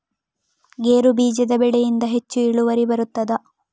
ಗೇರು ಬೀಜದ ಬೆಳೆಯಿಂದ ಹೆಚ್ಚು ಇಳುವರಿ ಬರುತ್ತದಾ?